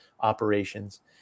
operations